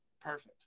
Perfect